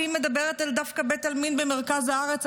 והיא מדברת דווקא על בית עלמין במרכז הארץ.